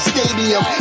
Stadium